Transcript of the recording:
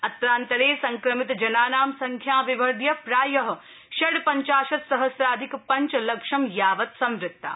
अत्रान्तरे संक्रमितजनानां संख्या विवर्ध्य प्राय षड़ पञ्चाशत सहम्राधिक पञ्च लक्षा यावत् संवृत्ता